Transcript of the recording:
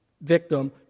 victim